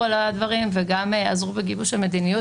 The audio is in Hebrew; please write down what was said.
על הדברים וגם עזרו בגיבוש המדיניות,